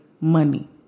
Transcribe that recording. money